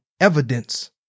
evidence